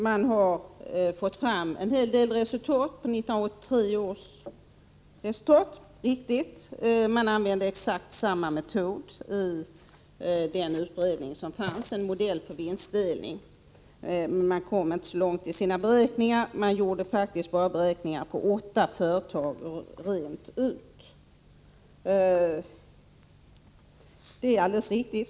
Man har fått fram en hel del resultat beträffande 1983. Man använde exakt samma metod i den utredning som fanns, en modell för vinstdelning. Men man kom inte så långt i sina beräkningar där. Man gjorde faktiskt beräkningar fullt ut bara för åtta företag.